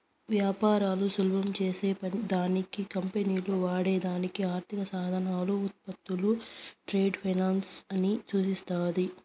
వ్యాపారాలు సులభం చేసే దానికి కంపెనీలు వాడే దానికి ఆర్థిక సాధనాలు, ఉత్పత్తులు ట్రేడ్ ఫైనాన్స్ ని సూచిస్తాది